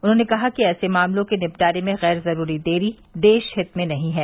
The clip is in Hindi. उन्होंने कहा कि ऐसे मामलों के निपटारे में गैर ज़रूरी देरी देश हित में नहीं है